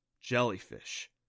Jellyfish